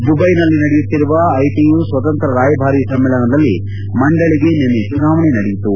ದುಬೈಯಲ್ಲಿ ನಡೆಯುತ್ತಿರುವ ಐಟಿಯು ಸ್ವತಂತ್ರ ರಾಯಭಾರಿ ಸಮ್ನೇಳನದಲ್ಲಿ ಮಂಡಳಗೆ ನಿನ್ನೆ ಚುನಾವಣೆ ನಡೆಯಿತು